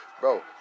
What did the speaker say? bro